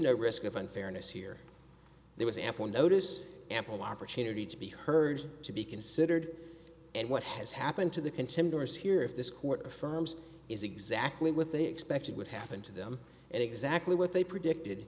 no risk of unfairness here there was ample notice ample opportunity to be heard to be considered and what has happened to the contenders here if this court affirms is exactly what they expected would happen to them and exactly what they predicted